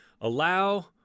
allow